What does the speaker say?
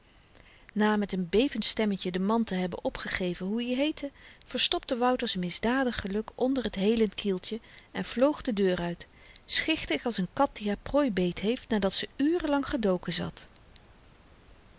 na met n bevend stemmetje den man te hebben opgegeven hoe i heette verstopte wouter z'n misdadig geluk onder t helend kieltje en vloog de deur uit schichtig als n kat die haar prooi beet heeft nadat ze uren lang gedoken zat